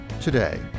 today